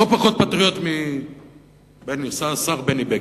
לא פחות פטריוט מהשר בני בגין.